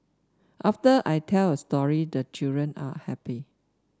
after I tell a story the children are happy